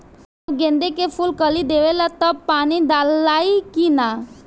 जब गेंदे के फुल कली देवेला तब पानी डालाई कि न?